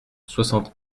soixante